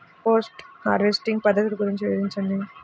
Post harvesting పద్ధతులు గురించి వివరించండి?